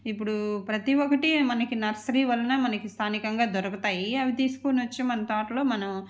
ఇప్పుడు ప్రతి ఒక్కటి మనకి నర్సరీ వలన మనకి స్థానికంగా దొరుకుతాయి అవి తీసుకొని వచ్చి మన తోటలో మనం